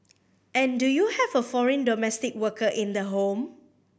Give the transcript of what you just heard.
and do you have a foreign domestic worker in the home